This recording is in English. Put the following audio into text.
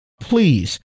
Please